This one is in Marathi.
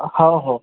हो हो